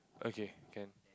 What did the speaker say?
okay can